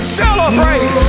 celebrate